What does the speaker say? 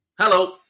Hello